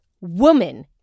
woman